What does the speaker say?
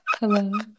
Hello